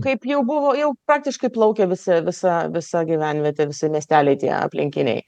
kaip jau buvo jau praktiškai plaukė visi visa visa gyvenvietė visi miesteliai tie aplinkiniai